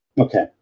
Okay